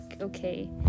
okay